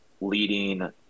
leading